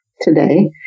today